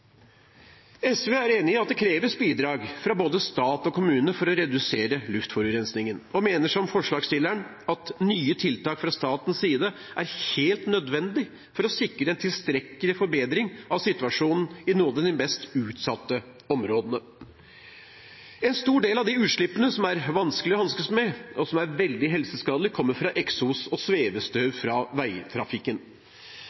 SV er enig i at det kreves bidrag fra både stat og kommune for å redusere luftforurensningen, og mener som forslagsstilleren at nye tiltak fra statens side er helt nødvendig for å sikre en tilstrekkelig forbedring av situasjonen i noen av de mest utsatte områdene. En stor del av de utslippene som er vanskelige å hanskes med, og som er veldig helseskadelige, kommer fra eksos og svevestøv